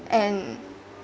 and